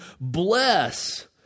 bless